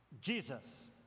Jesus